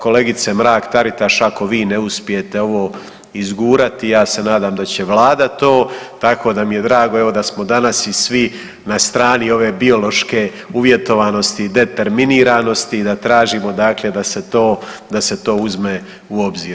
Kolegice Mrak Taritaš ako vi ne uspijete ovo izgurati ja se nadam da će Vlada to, tako da mi je drago evo da smo danas i svi na strani ove biološke uvjetovanosti i determiniranosti i da tražimo dakle da se to uzme u obzir.